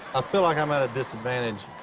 ah feel like i'm at a disadvantage.